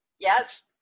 Yes